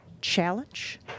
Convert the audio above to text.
challenge